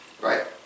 Right